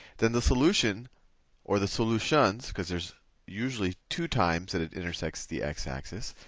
then the solution or the solutions because there's usually two times that it intersects the x-axis,